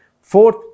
Fourth